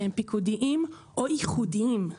שהם פיקודיים או ייחודיים,